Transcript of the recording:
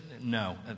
No